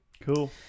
Cool